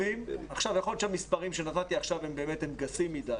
יכול להיות שהמספרים שנתתי עכשיו הם באמת גסים מדי,